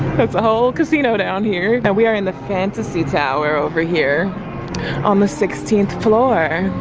that's a whole casino down here. and we are in the fantasy tower over here on the sixteenth floor.